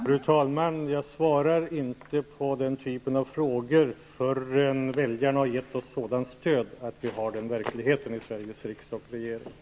Fru talman! Jag svarar inte på den typen av frågor förrän väljarna har gett oss sådant stöd att vi har den verkligheten i Sveriges riksdag och regeringen.